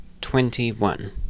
Twenty-one